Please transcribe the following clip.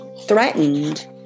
threatened